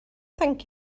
thank